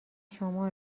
شما